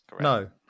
No